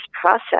process